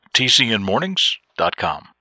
tcnmornings.com